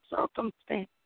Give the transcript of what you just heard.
circumstance